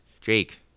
Jake